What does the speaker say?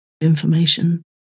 information